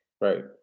right